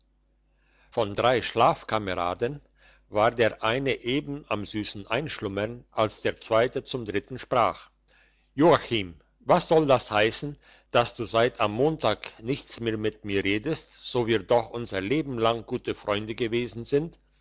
von drei schlafkameraden war der eine eben am süssen einschlummern als der zweite zum dritten sprach joachim was soll das heissen dass du seit am montag nichts mehr mit mir redest so wir doch unser leben lang gute freunde gewesen sind